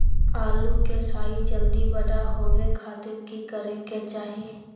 आलू के साइज जल्दी बड़ा होबे खातिर की करे के चाही?